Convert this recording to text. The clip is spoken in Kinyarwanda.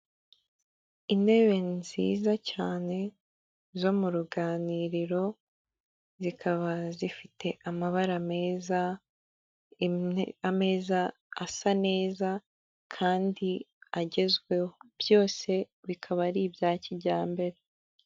Intebe nziza cyane zo mu ruganiriro zikaba zifite amabara meza ameza asa neza kandi agezweho byose bikaba ari ibya kijyambere.